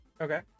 Okay